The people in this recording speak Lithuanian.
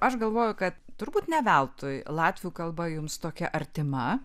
aš galvoju kad turbūt ne veltui latvių kalba jums tokia artima